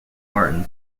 martin